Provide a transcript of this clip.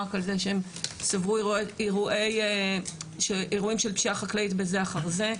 רק על זה שספגו אירועים של פשיעה חקלאית בזה אחר זה.